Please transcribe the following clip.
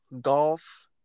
golf